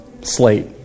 slate